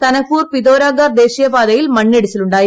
തനക്പൂർ പിതോരാഗാർ ദേശീയ പാതയിൽ മണ്ണിടിച്ചിലുണ്ടായി